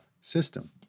system